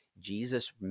Jesus